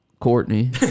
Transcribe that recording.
Courtney